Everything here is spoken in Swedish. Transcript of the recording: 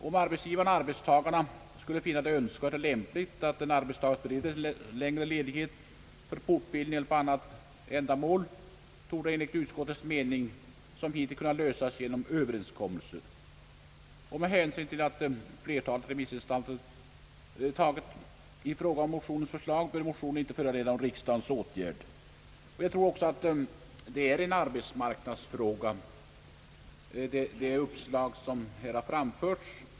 Om arbetsgivarna och arbetstagarna skulle finna det önskvärt och lämpligt att en arbetstagare beredes längre ledighet för fortbildning eller för annat ändamål, torde detta enligt utskottets mening liksom hittills kunna lösas genom överenskommelse. Utskottet anser därför att eftersom flertalet remissinstanser tagit avstånd från motionärernas förslag bör motionerna inte föranleda någon riksdagens åtgärd. Jag tror också att det uppslag som här har framförts är en arbetsmarknadsfråga.